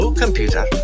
computer